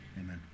Amen